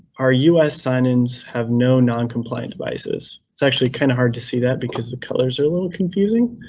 our us sign-ins have no noncompliant devices. it's actually kind of hard to see that because the colors are a little confusing.